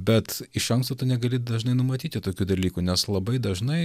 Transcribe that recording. bet iš anksto tu negali dažnai numatyti tokių dalykų nes labai dažnai